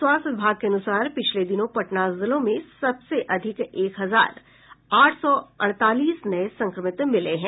स्वास्थ्य विभाग के अनुसार पिछले दिनों पटना जिले में सबसे अधिक एक हजार आठ सौ अड़तालीस नए संक्रमित मिले हैं